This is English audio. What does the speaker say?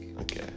Okay